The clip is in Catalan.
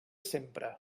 sempre